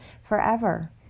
forever